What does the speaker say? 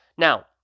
Now